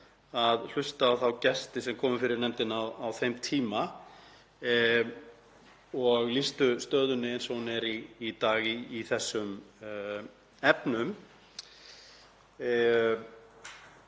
að hlusta á þá gesti sem komu fyrir nefndina á þeim tíma og lýstu stöðunni eins og hún er í dag í þessum efnum.